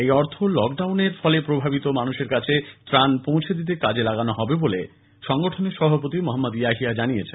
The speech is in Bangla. এই অর্থ লকডাউনের ফলে প্রভাবিত মানুষের কাছে ত্রাণ পৌঁছে দিতে কাজে লাগানো হবে বলে সংগঠনের সভাপতি মহম্মদ ইয়াহিয়া জানিয়েছেন